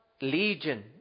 legion